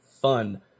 fun